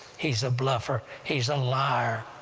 he's a bluffer! he's a liar!